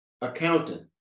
accountant